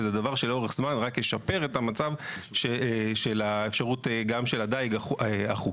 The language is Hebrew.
וזה שדבר שלאורך זמן רק ישפר את המצב של האפשרות גם של הדייג החוקי.